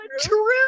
true